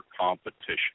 competition